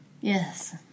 Yes